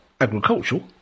agricultural